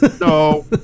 no